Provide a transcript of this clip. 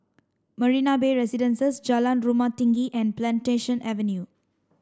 Marina Bay Residences Jalan Rumah Tinggi and Plantation Avenue